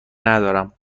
ندارم